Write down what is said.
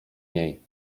niej